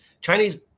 Chinese